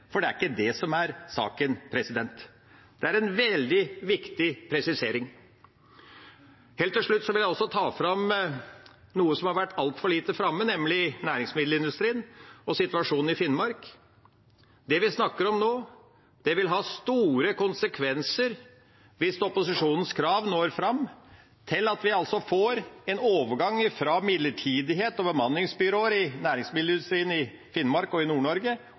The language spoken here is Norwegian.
for det er ikke det som er saken – en veldig viktig presisering. Helt til slutt vil jeg ta fram noe som har vært altfor lite framme, nemlig næringsmiddelindustrien og situasjonen i Finnmark. Det vi snakker om nå, vil ha store konsekvenser hvis opposisjonens krav når fram, ved at vi får en overgang fra midlertidighet og bemanningsbyråer i næringsmiddelindustrien i Finnmark og